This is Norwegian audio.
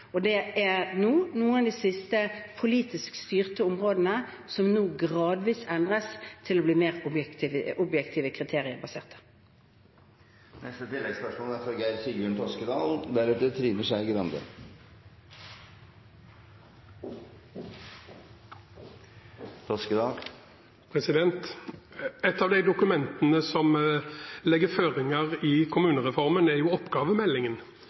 og det er noen av de siste politisk styrte områdene som nå gradvis endres til å bli mer basert på objektive kriterier. Geir Sigbjørn Toskedal – til oppfølgingsspørsmål. Et av de dokumentene som legger føringer i kommunereformen, er oppgavemeldingen,